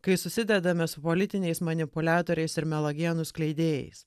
kai susidedame su politiniais manipuliatoriais ir melagienų skleidėjais